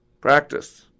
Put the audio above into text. practice